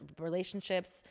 relationships